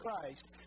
Christ